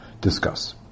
discuss